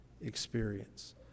experience